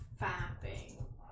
Fapping